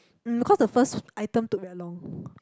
um cause the first item took very long